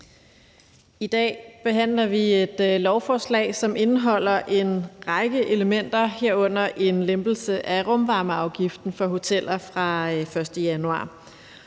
I dag behandler vi et lovforslag, som indeholder en række elementer, herunder en lempelse af rumvarmeafgiften for hoteller fra den 1. januar.